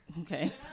Okay